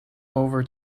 over